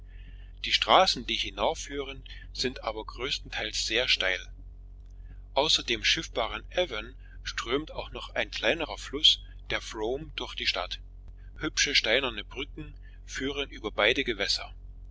die straßen die hinaufführen sind aber größtenteils sehr steil außer dem schiffbaren avon strömt auch noch ein kleinerer fluß der frome durch die stadt hübsche steinerne brücken führen über beide gewässer